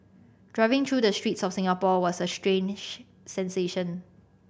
driving through the streets of Singapore was a strange sensation